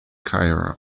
cairo